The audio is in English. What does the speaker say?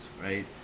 right